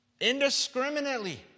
indiscriminately